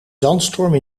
zandstorm